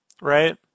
right